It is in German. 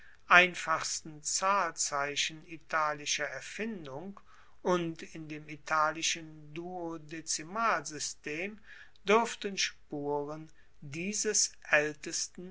einfachsten zahlzeichen italischer erfindung und in dem italischen duodezimalsystem duerften spuren dieses aeltesten